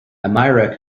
amira